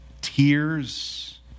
tears